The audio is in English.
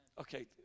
Okay